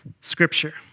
scripture